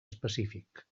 específic